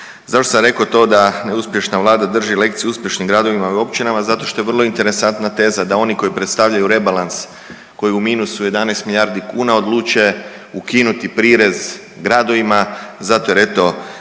Zašto sam rekao to da neuspješna vlada drži lekcije uspješnim gradovima i općinama? Zato što je vrlo interesantna teza da oni koji predstavljaju rebalans koji je u minusu 11 milijardi kuna odluče ukinuti prirez gradovima zato jer, eto,